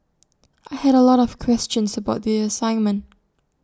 I had A lot of questions about the assignment